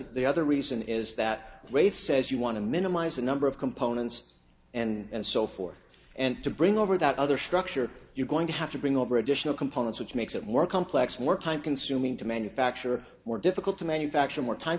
the other reason is that great says you want to minimize the number of components and so forth and to bring over that other structure you're going to have to bring over additional components which makes it more complex more time consuming to manufacture or do bickel to manufacture more time